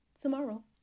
tomorrow